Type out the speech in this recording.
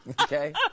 Okay